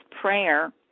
Prayer